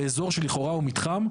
באזור שלכאורה הוא מתחם,